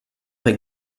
est